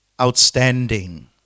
outstanding